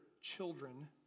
children